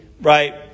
right